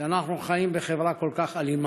שאנחנו חיים בחברה כל כך אלימה.